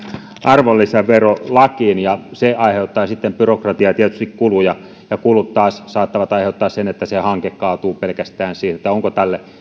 arvonlisäverolakiin ja se aiheuttaa sitten byrokratiaa ja tietysti kuluja ja kulut taas saattavat aiheuttaa sen että se hanke kaatuu pelkästään siitä syystä onko tälle